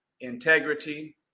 integrity